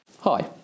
Hi